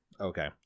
Okay